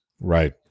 Right